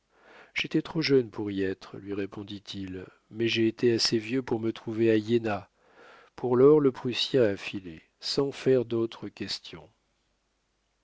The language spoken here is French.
j'étais trop jeune pour y être lui répondit-il mais j'ai été assez vieux pour me trouver à iéna pour lors le prussien a filé sans faire d'autres questions